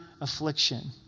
affliction